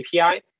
API